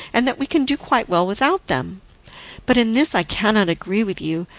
and that we can do quite well without them but in this i cannot agree with you,